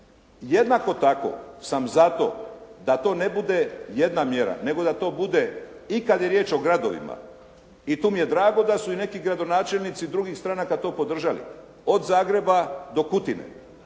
jednako tako sam za to da to ne bude jedna mjera, nego da to bude i kad je riječ o gradovima, i tu mi je drago da su i neki gradonačelnici drugih stranaka to podržali od Zagreba do Kutine,